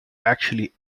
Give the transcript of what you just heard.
actually